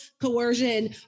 coercion